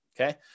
okay